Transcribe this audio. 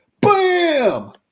Bam